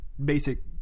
basic